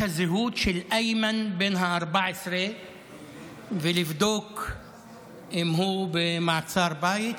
הזהות של אייהם בן ה-14 ולבדוק אם הוא במעצר בית,